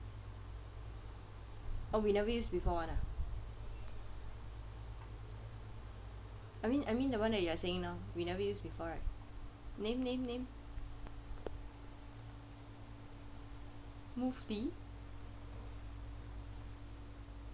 oh we never use before [one] ah I mean I mean the [one] that you're saying now we never use before right name name name movely